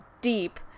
deep